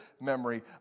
memory